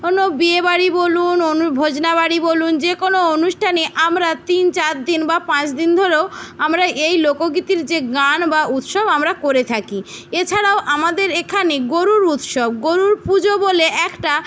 কোনও বিয়ে বাড়ি বলুন অনু ভোজনা বাড়ি বলুন যে কোনো অনুষ্ঠানে আমরা তিনচার দিন বা পাঁচদিন ধরেও আমরা এই লোকগীতির যে গান বা উৎসব আমরা করে থাকি এছাড়াও আমাদের এখানে গরুর উৎসব গরুর পুজো বলে একটা